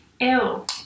Ew